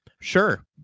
sure